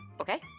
Okay